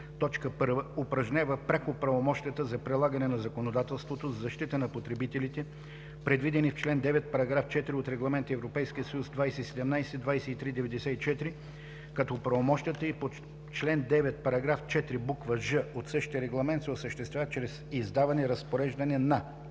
т. 1, упражнява пряко правомощията за прилагане на законодателството за защита на потребителите, предвидени в чл. 9, параграф 4 от Регламент (ЕС) 2017/2394, като правомощията ѝ по чл. 9, параграф 4, буква „ж“ от същия регламент се осъществяват чрез издаване разпореждане на: